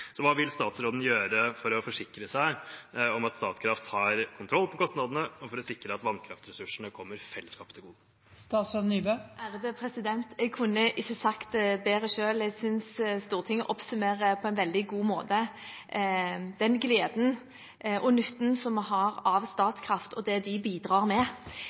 Hva vil statsråden gjøre for å forsikre seg om at Statkraft har kontroll på kostnadene, og for å sikre at vannkraftressursene kommer fellesskapet til gode? Jeg kunne ikke sagt det bedre selv. Jeg synes Stortinget oppsummerer på en veldig god måte den gleden og nytten som vi har av Statkraft, og det de bidrar med.